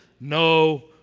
no